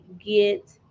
get